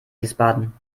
wiesbaden